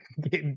get